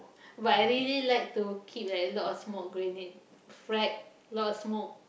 but I really like to keep like a lot of smoke grenade frag a lot of smoke